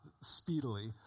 speedily